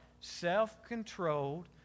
Self-controlled